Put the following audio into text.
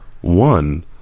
one